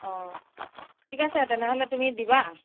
অ ঠিক আছে তেনেহ'লে তুমি দিবা